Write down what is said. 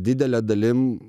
didele dalim